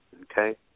Okay